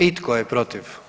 I tko je protiv?